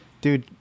dude